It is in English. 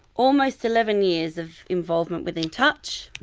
almost eleven years of involvement with in touch.